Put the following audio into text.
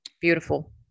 Beautiful